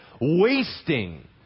wasting